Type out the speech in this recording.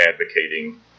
advocating